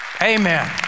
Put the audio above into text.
Amen